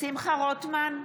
שמחה רוטמן,